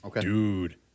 Dude